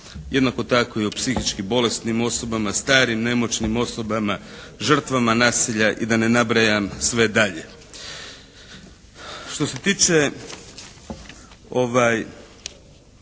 jednako tako i o psihički bolesnim osobama, starim, nemoćnim osobama, žrtvama nasilja i da ne nabrajam sve dalje. Što se tiče ove